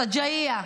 שג'אעייה,